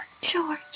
George